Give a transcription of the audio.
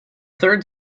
third